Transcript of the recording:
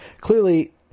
Clearly